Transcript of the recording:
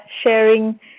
sharing